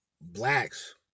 blacks